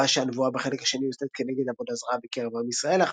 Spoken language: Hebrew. נראה שהנבואה בחלק השני יוצאת כנגד עבודה זרה בקרב עם ישראל,